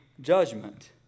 judgment